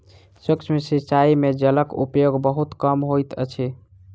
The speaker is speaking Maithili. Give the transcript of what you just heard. सूक्ष्म सिचाई में जलक उपयोग बहुत कम होइत अछि